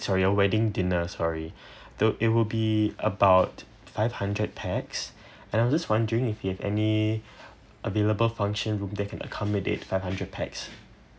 sorry ya wedding dinner sorry tha~ it would be about five hundred pax and I'll just wondering if you have any available function room that can accommodate five hundred pax